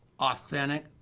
Authentic